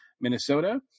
Minnesota